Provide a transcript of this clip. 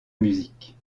musique